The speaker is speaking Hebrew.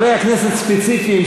מאה אחוז.